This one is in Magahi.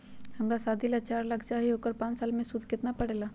हमरा शादी ला चार लाख चाहि उकर पाँच साल मे सूद कितना परेला?